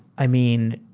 i mean,